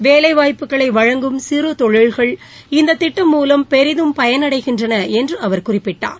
வேலை வாய்ப்புக்களை வழங்கும் சிறிய தொழில்கள் இந்த திட்டம் மூலம் பெரிதும் பயனடைகின்றன என்று அவர் குறிப்பிட்டார்